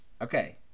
Okay